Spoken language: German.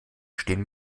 stehen